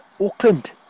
Auckland